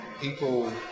people